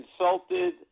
insulted